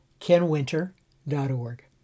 kenwinter.org